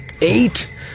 Eight